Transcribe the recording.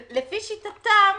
לפי שיטתם,